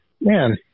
man